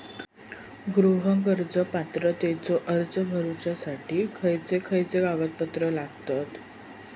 गृह कर्ज पात्रतेचो अर्ज भरुच्यासाठी खयचे खयचे कागदपत्र लागतत?